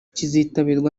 kizitabirwa